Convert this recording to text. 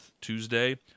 Tuesday